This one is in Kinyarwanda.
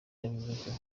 yavuze